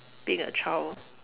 being a child